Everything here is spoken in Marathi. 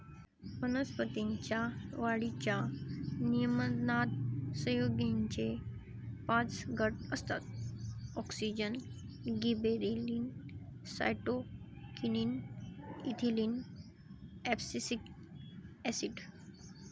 वनस्पतीं च्या वाढीच्या नियमनात संयुगेचे पाच गट असतातः auxin, gibberellin, cytokinin, ethylene, abscisic acid